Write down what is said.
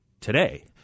today